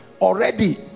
already